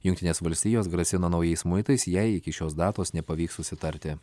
jungtinės valstijos grasina naujais muitais jei iki šios datos nepavyks susitarti